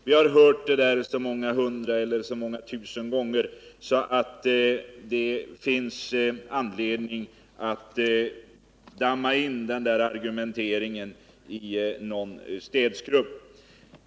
Den argumenteringen har vi hört så många hundra eller tusen gånger, så det finns anledning att gömma undan den i någon städskrubb.